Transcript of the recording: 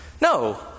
No